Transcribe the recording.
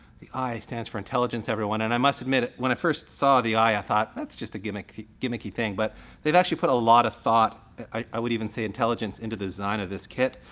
the i stands for intelligence everyone, and i must admit it, when i first saw the i, i thought, that's just a gimmicky gimmicky thing. but they've actually put a lot of thought, i would even say intelligence, into the design of this kit.